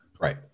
Right